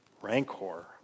rancor